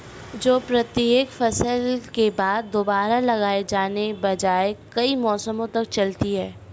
जो प्रत्येक फसल के बाद दोबारा लगाए जाने के बजाय कई मौसमों तक चलती है